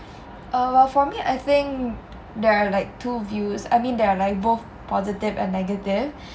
uh well for me I think there are like two views I mean there are like both positive and negative